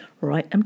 right